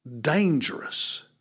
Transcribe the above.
dangerous